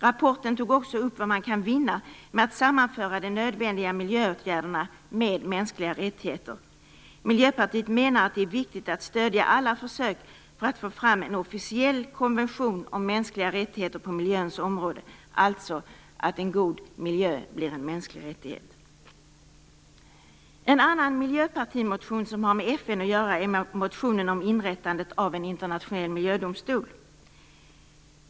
Rapporten tog också upp vad man kan vinna med att sammanföra de nödvändiga miljöåtgärderna med mänskliga rättigheter. Miljöpartiet menar att det är viktigt att stödja alla försök att få fram en officiell konvention om mänskliga rättigheter på miljöns område, alltså att en god miljö blir en mänsklig rättighet. En annan miljöpartimotion som har med FN att göra är motionen om inrättandet av en internationell miljödomstol.